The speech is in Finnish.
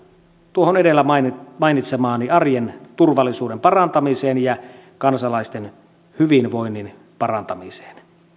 tuohon edellä mainitsemaani arjen turvallisuuden parantamiseen ja kansalaisten hyvinvoinnin parantamiseen